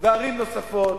וערים נוספות,